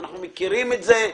אנחנו מכירים את זה,